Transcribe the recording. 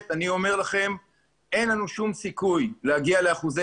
אני אומר לכם שבצורה אחרת אין לנו שום סיכוי להגיע לאחוזי